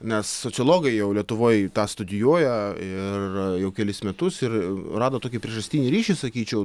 nes sociologai jau lietuvoj tą studijuoja ir jau kelis metus ir rado tokį priežastinį ryšį sakyčiau